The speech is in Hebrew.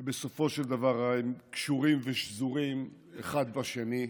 כי בסופו של דבר הם קשורים ושזורים אחד בשני.